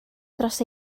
dros